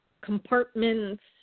compartments